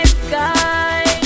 sky